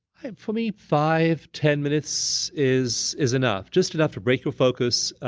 for me, five, ten minutes is is enough, just enough to break your focus,